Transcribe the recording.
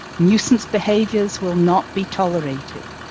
nuisance behaviours will not be tolerated,